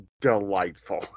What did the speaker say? delightful